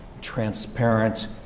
transparent